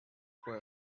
for